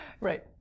Right